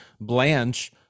Blanche